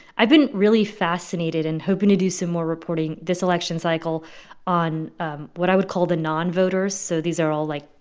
i've been really fascinated and and to do some more reporting this election cycle on what i would call the nonvoters. so these are all, like,